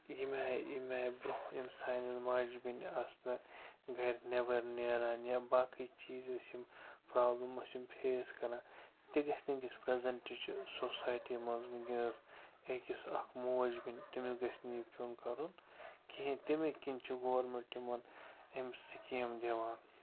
ییٚمہِ آے ییٚمہِ آے برٛونٛہہ یِم سانہِ ماجہِ بیٚنہِ آسنہٕ گَرِ نٮ۪بر نیران یا باقٕے چیٖز أسۍ یِم پرٛابلِم ٲسۍ یِم فیس کَران تہِ گَژھِ نہٕ أکِس پرٛٮ۪زنٛٹِچ سوسایٹی منٛز وٕنۍکٮ۪نس یا أکِس اکھ موج بیٚنہِ تٔمِس گَسہِ نہٕ یہِ پیوٚن کَرُن کِہیٖنۍ تَمے کِنۍ چھِ گورمٮ۪نٛٹ یِمن یِم سِکیٖم دِوان